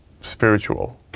spiritual